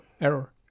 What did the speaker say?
error